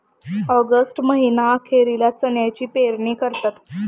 August महीना अखेरीला चण्याची पेरणी करतात